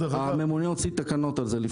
הממונה הוציא תקנות על זה.